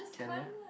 can meh